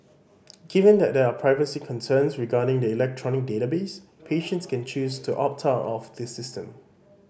given that there are privacy concerns regarding the electronic database patients can choose to opt out of the system